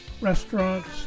restaurants